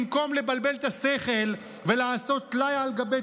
במקום לבלבל את השכל ולעשות טלאי על גבי